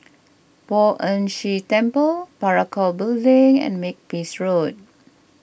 Poh Ern Shih Temple Parakou Building and Makepeace Road